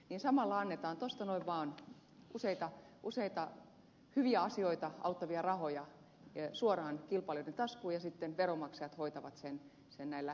ja samalla annetaan tuosta noin vaan useita hyviä asioita auttavia rahoja suoraan kilpailijoiden taskuun ja sitten veronmaksajat hoitavat sen näillä hupenevilla verorahoilla